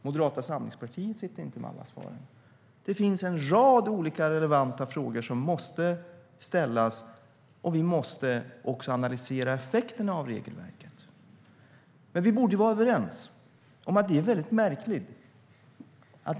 Moderata samlingspartiet sitter inte inne med alla svaren. Det finns en rad olika relevanta frågor som måste ställas. Vi måste också analysera effekterna av regelverket. Vi borde vara överens om att det är väldigt märkligt.